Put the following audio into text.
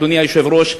אדוני היושב-ראש,